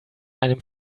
einem